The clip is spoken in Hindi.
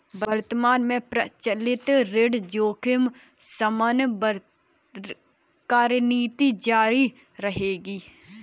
वर्तमान में प्रचलित ऋण जोखिम शमन कार्यनीति जारी रहेगी